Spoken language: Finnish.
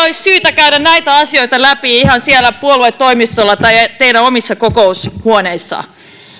olisi syytä käydä näitä asioita läpi ihan siellä puoluetoimistolla tai teidän omissa kokoushuoneissanne